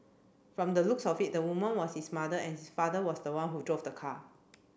from the looks of it the woman was his mother and his father was the one who drove the car